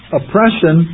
oppression